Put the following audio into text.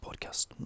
podcast